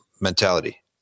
mentality